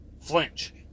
flinch